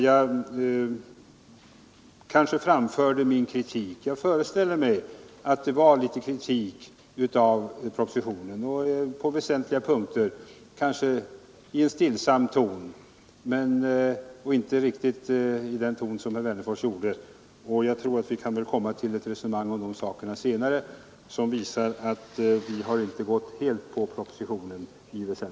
Jag kanske framförde min kritik — för det var kritik av propositionen på väsentliga punkter i en stillsam ton och inte riktigt i den ton som herr Wennerfors använde. Och jag tror att det skall gå att komma till ett — Nr 143 resonemang om dessa saker senare som visar att vi inte helt gått på Torsdagen den